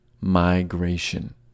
Migration